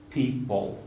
people